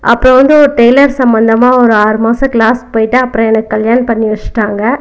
அப்போ வந்து ஒரு டைலர் சம்மந்தமாக ஒரு ஆறு மாதம் க்ளாஸ் போய்டேன் அப்புறம் எனக்கு கல்யாணம் பண்ணி வச்சிட்டாங்க